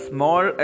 Small